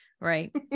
right